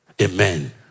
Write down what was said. Amen